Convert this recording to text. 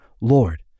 Lord